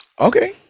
Okay